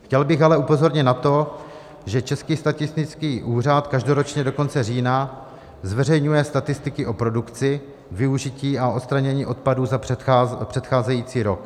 Chtěl bych ale upozornit na to, že Český statistický úřad každoročně do konce října zveřejňuje statistiky o produkci, využití a odstranění odpadů za předcházející rok.